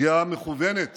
פגיעה מכוונת